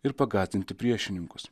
ir pagąsdinti priešininkus